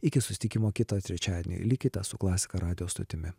iki susitikimo kitą trečiadienį likite su klasika radijo stotimi